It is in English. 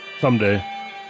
Someday